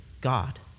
God